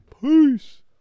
Peace